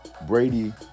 Brady